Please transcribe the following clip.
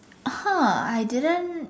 uh ha I didn't